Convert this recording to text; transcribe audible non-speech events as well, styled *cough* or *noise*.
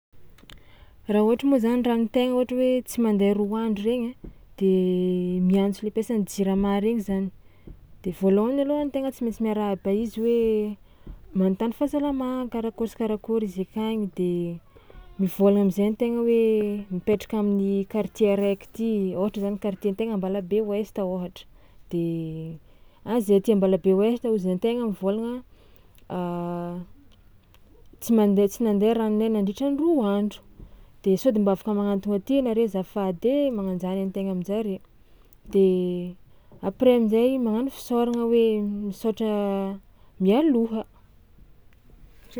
Raha ohatra moa zany ranon-tegna ohatra hoe mandeha roa andro regny ai de miantso le mpiasan'ny jirama regny zany de voalôhany alôha an-tegna tsy maintsy miarahaba izy hoe manontany fahasalamagna karakôry sy karakôry izy akagny de mivôlagna am'zay an-tegna hoe mipetraka amin'ny kartie araiky ôhatra zany kartie an-tegna Ambalabe ouest ôhatra de: ah, zahay aty Ambalabe ouest hozy an-tegna mivôlagna *hesitation* tsy mandeha tsy nandeha ranonay nandritran'ny roa andro de sao de mba afaka manantogno aty nare azafady ai? Magnano an-jany an-tegna amin-jare de après amin-jay magnano fisaoragna hoe misaotra mialoha.